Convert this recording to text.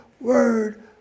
word